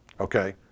okay